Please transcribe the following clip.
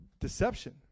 deception